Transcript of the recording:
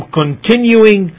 continuing